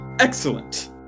Excellent